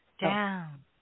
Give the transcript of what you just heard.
down